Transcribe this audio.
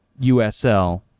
USL